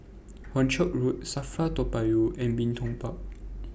Hornchurch Road SAFRA Toa Payoh and Bin Tong Park